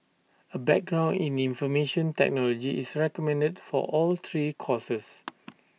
A background in information technology is recommended for all three courses